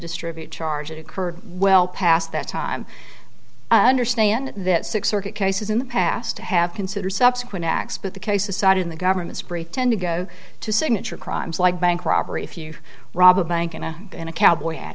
distribute charge it occurred well past that time understand that six circuit cases in the past have considered subsequent acts but the cases cited in the government's pretend to go to signature crimes like bank robbery if you rob a bank in a in a cowboy hat